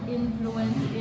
influence